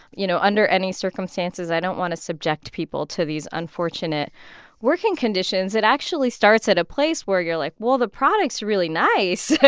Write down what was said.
you know, under any circumstances, i don't want to subject people to these unfortunate working conditions. it actually starts at a place where you're like, well, the products are really nice.